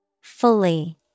Fully